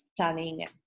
stunning